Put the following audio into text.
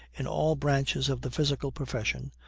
in all branches of the physical profession,